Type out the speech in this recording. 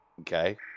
Okay